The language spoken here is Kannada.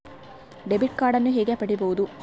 ಡೆಬಿಟ್ ಕಾರ್ಡನ್ನು ಹೇಗೆ ಪಡಿಬೋದು?